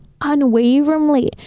unwaveringly